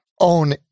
own